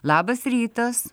labas rytas